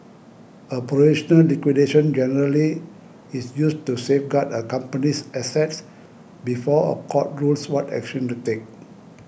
a provisional liquidation generally is used to safeguard a company's assets before a court rules what action to take